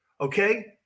okay